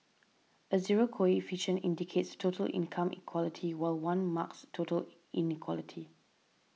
a zero coefficient indicates total income equality while one marks total inequality